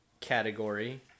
category